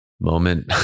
moment